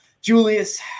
Julius